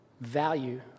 value